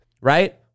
right